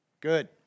Good